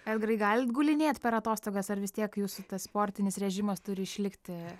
edgarai galit gulinėt per atostogas ar vis tiek jūsų sportinis režimas turi išlikti